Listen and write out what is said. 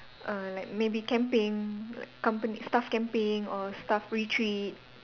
err like maybe camping like company staff camping or staff retreat